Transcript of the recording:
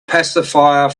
pacifier